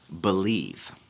believe